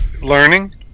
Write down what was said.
learning